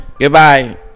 Goodbye